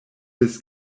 this